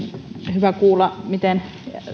hyvä kuulla